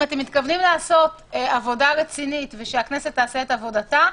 אם אתם מתכוונים לעשות עבודה רצינית ושהכנסת תעשה את עבודתה,